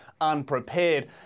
unprepared